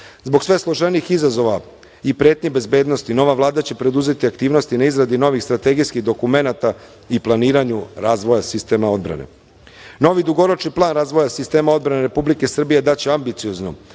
Zbog sve složenijih izazova i pretnji bezbednosti nova Vlada će preduzeti aktivnosti na izradi novih strategijskih dokumenata i planiranja razvoja sistema odbrane. Novi dugoročni plan razvoja sistema odbrane Republike Srbije daće ambicioznu,